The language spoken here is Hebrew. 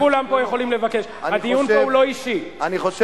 אני מרשה